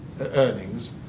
earnings